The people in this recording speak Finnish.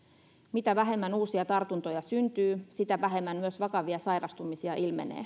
mitä vähemmän uusia tartuntoja syntyy sitä vähemmän myös vakavia sairastumisia ilmenee